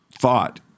thought